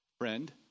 friend